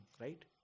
right